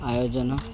ଆୟୋଜନ